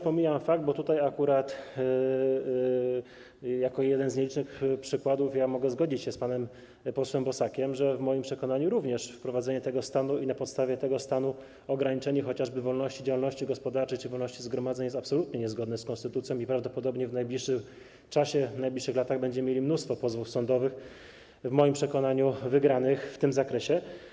Pomijam już fakt - bo tutaj akurat jest jeden z nielicznych przykładów, gdzie mogę zgodzić się z panem posłem Bosakiem - że w moim przekonaniu wprowadzenie tego stanu i na jego podstawie ograniczenie chociażby wolności działalności gospodarczej czy wolności zgromadzeń jest absolutnie niezgodne z konstytucją i prawdopodobnie w najbliższym czasie, w najbliższych latach będziemy mieli mnóstwo pozwów sądowych, myślę, że wygranych w tym zakresie.